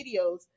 videos